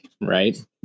right